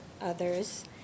others